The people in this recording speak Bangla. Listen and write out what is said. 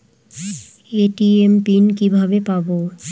এ.টি.এম পিন কিভাবে পাবো?